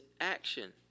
action